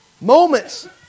Moments